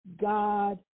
God